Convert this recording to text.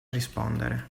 rispondere